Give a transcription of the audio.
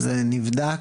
זה נבדק,